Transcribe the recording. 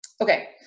Okay